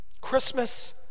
Christmas